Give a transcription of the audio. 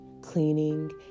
cleaning